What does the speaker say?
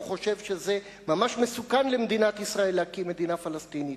הוא חושב שזה ממש מסוכן למדינת ישראל להקים מדינה פלסטינית.